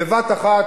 בבת-אחת,